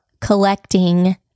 collecting